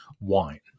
wine